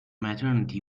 maternity